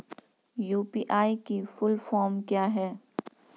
UPI की full form क्या है?